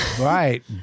Right